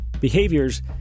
behaviors